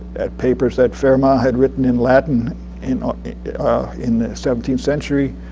papers that fermat had written in latin in ah in the seventeenth century,